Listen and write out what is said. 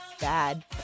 bad